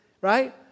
Right